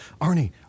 Arnie